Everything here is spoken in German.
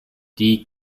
die